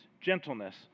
gentleness